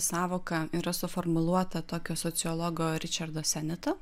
sąvoka yra suformuluota tokio sociologo ričardo seneto